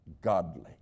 godly